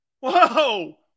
Whoa